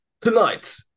Tonight